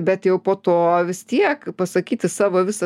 bet jau po to vis tiek pasakyti savo visą